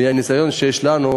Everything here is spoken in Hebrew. בגלל הניסיון שיש לנו.